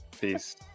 Peace